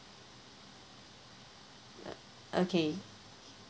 uh okay